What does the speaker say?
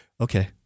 okay